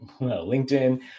LinkedIn